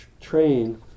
train